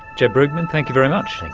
jeb brugmann thank you very much. like